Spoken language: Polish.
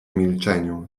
milczeniu